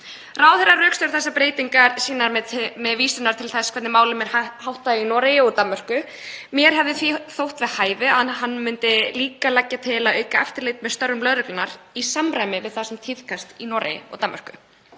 Ráðherrann rökstyður þessar breytingar sínar með vísan til þess hvernig málum er háttað í Noregi og Danmörku. Mér hefði þótt við hæfi að hann myndi líka leggja til að auka eftirlit með störfum lögreglunnar í samræmi við það sem tíðkast í Noregi og Danmörku.